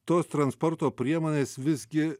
tos transporto priemonės visgi